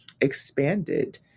expanded